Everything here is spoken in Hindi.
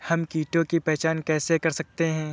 हम कीटों की पहचान कैसे कर सकते हैं?